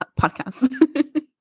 podcast